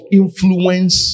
influence